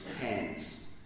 hands